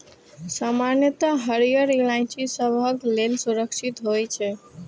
सामान्यतः हरियर इलायची सबहक लेल सुरक्षित होइ छै